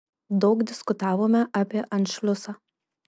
daug diskutavome apie anšliusą